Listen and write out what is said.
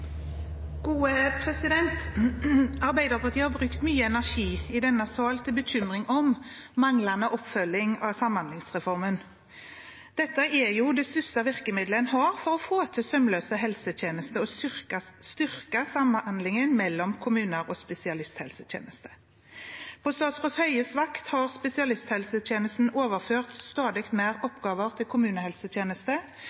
jo det største virkemiddelet en har for å få til sømløse helsetjenester og å styrke samhandlingen mellom kommuner og spesialisthelsetjenesten. På statsråd Høies vakt har spesialisthelsetjenesten overført stadig